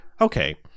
okay